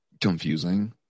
confusing